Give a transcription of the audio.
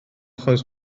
achos